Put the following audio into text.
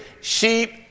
sheep